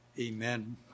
Amen